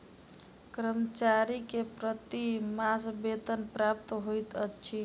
कर्मचारी के प्रति मास वेतन प्राप्त होइत अछि